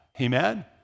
Amen